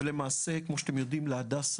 וכמו שאתם יודעים להדסה,